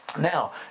Now